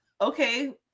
okay